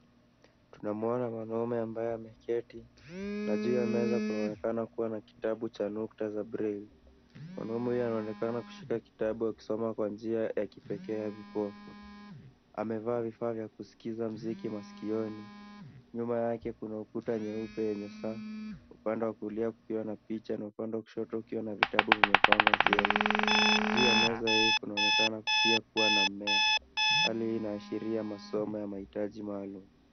Tunamwona mwanaume ambaye ameketi na juu ya meza kunaonekana kuwa na kitabu cha nukta za braille . Mwanaume huyu anaonekana kushika kitabu akisoma kwa njia ya kipekee ya vipofu. Amevaa vifaa vya kusikiza muziki masikioni. Nyuma yake kuna ukuta nyeupe yenye saa. Upande wa kulia kukiwa na picha na upande wa kushoto ukiwa na vitabu vimepangwa vyema. Juu ya meza hii kunaonekana pia kuwa na mmea. Hali hii inaashiria masomo ya mahitaji maalum.